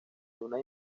una